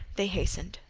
they hastened.